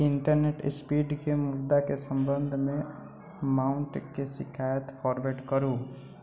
internet स्पीडके मुद्दाके संबंधमे माउंटके शिकायत फॉरवर्ड करू